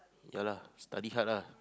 ya lah study hard lah